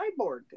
cyborg